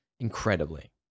Incredibly